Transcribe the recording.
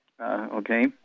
okay